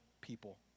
people